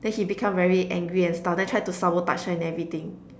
then he become very angry and stuff then try to sabotage her and everything